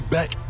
back